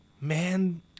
Man